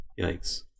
Yikes